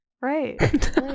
Right